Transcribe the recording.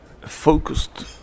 focused